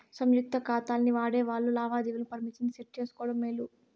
సంయుక్త కాతాల్ని వాడేవాల్లు లావాదేవీల పరిమితిని సెట్ చేసుకోవడం మేలు